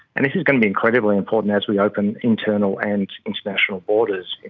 and this is going to be incredibly important as we open internal and international borders,